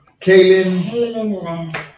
Kaylin